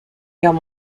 guerre